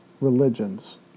religions